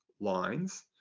lines